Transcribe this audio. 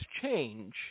change